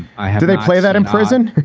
did they play that in prison?